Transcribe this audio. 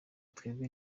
twebwe